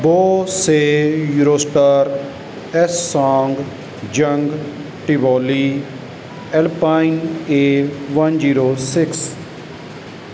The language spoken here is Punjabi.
ਬੋ ਸੇ euro star SsangYong Tivoli Alpine A one zero six